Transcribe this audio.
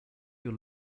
your